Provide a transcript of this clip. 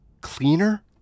cleaner